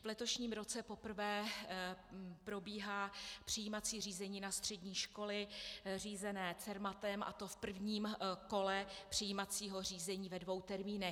V letošním roce poprvé probíhá přijímací řízení na střední školy řízené Cermatem, a to v prvním kole přijímacího řízení ve dvou termínech.